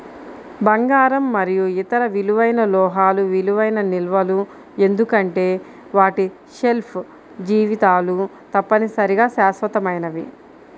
బంగారం మరియు ఇతర విలువైన లోహాలు విలువైన నిల్వలు ఎందుకంటే వాటి షెల్ఫ్ జీవితాలు తప్పనిసరిగా శాశ్వతమైనవి